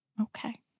Okay